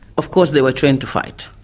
of course they were trained to fight,